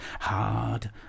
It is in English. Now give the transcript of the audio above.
Hard